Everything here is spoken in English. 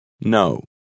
No